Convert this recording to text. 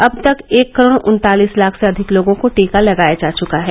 अब तक एक करोड़ उन्तालीस लाख से अधिक लोगों को टीका लगाया जा चुका है